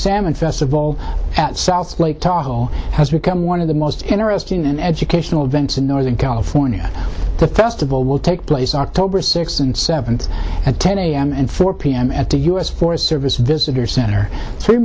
salmon festival at south lake tahoe has become one of the most interesting and educational events in northern california the festival will take place october sixth and seventh at ten a m and four p m at the u s forest service visitor center three